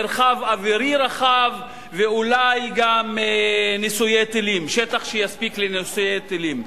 מרחב אווירי רחב ואולי גם שטח שיספיק לניסויי טילים.